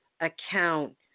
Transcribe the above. account